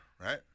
right